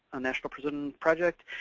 a national prison project,